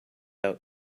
out